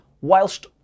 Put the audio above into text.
whilst